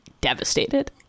devastated